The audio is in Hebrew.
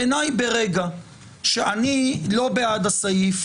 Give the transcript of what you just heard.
אני לא בעד הסעיף